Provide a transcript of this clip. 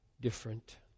different